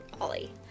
Ollie